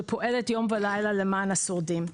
שפועלת יום ולילה למען השורדים.